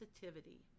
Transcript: sensitivity